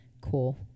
cool